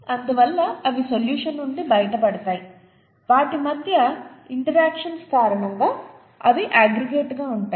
అందువల్ల అవి సొల్యూషన్ నుండి బయట పడతాయి వాటి మధ్య ఇంట్రాక్షన్స్ కారణంగా అవి అగ్రిగేట్ గా ఉంటాయి